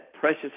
precious